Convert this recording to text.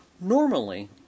Normally